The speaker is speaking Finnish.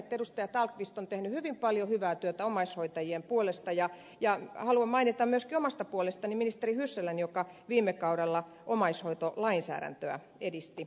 tallqvist on tehnyt hyvin paljon hyvää työtä omaishoitajien puolesta ja haluan mainita myöskin omasta puolestani ministeri hyssälän joka viime kaudella omaishoitolainsäädäntöä edisti